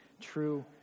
true